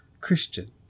Christian